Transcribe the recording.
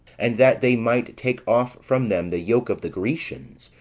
and that they might take off from them the yoke of the grecians,